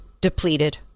depleted